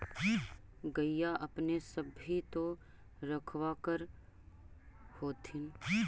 गईया अपने सब भी तो रखबा कर होत्थिन?